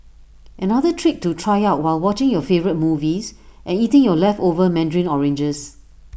another trick to try out while watching your favourite movies and eating your leftover Mandarin oranges